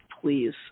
please